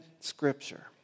Scripture